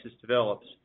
develops